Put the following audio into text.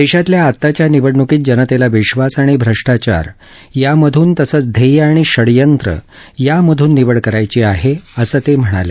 देशातल्या आताच्या निवडणुकीत जनतेला विश्वास आणि भ्रष्टाचार यामधून तसंच ध्येय आणि षडयंत्र यामधून निवड करायची आहे असं ते म्हणाले